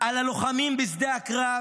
על הלוחמים בשדה הקרב,